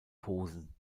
posen